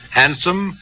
handsome